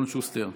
אלון שוסטר,